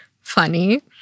funny